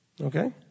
Okay